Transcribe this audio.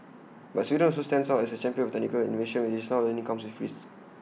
but Sweden also stands out as A champion of technological innovation which it's now learning comes with risks